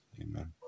Amen